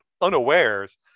unawares